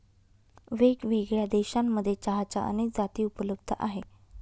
वेगळ्यावेगळ्या देशांमध्ये चहाच्या अनेक जाती उपलब्ध आहे